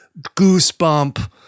goosebump